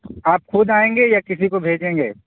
آپ خود آئیں گے یا کسی کو بھیجیں گے